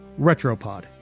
Retropod